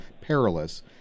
perilous